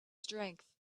strength